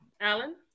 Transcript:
Alan